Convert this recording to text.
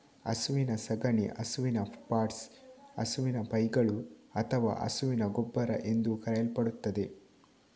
ಹಸುವಿನ ಸಗಣಿ ಹಸುವಿನ ಪಾಟ್ಸ್, ಹಸುವಿನ ಪೈಗಳು ಅಥವಾ ಹಸುವಿನ ಗೊಬ್ಬರ ಎಂದೂ ಕರೆಯಲ್ಪಡುತ್ತದೆ